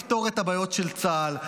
לא לפתור את הבעיות של צה"ל,